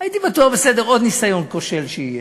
הייתי בטוח: בסדר, עוד ניסיון כושל שיהיה.